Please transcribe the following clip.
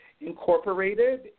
incorporated